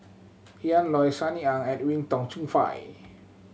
Ian Loy Sunny Ang and Edwin Tong Chun Fai